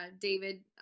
David